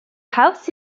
house